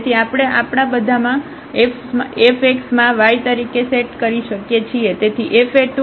તેથી આપણે આપણા fx માં y તરીકે સેટ કરી શકીએ છીએ